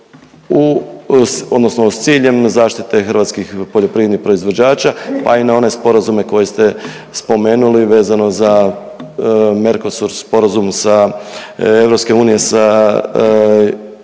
odnosno s ciljem zaštite hrvatskih poljoprivrednih proizvođača pa i na one sporazume koje ste spomenuli vezano za Mercosur sporazum sa EU sa